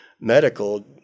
Medical